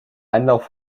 einlauf